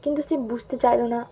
কিন্তু সে বুঝতে চাইল না